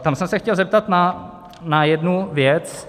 Tam jsem se chtěl zeptat na jednu věc.